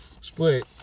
split